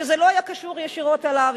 שזה לא היה קשור ישירות אליו,